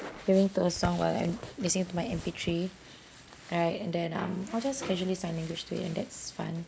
hearing to a song while I'm listening to my M_P three all right and then um I'll just casually sign language to it and that's fun